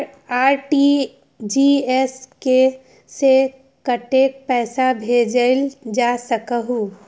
RTGS से कतेक पैसा भेजल जा सकहु???